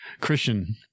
Christian